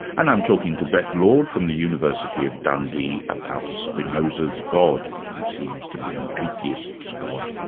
and i'm talking to beth lord from the university of dundee about spinoza's god, who seems to be an atheist's god.